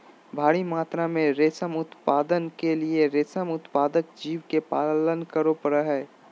भारी मात्रा में रेशम उत्पादन के लिए रेशम उत्पादक जीव के पालन करे पड़ो हइ